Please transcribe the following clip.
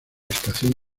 estación